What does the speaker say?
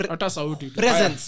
Presence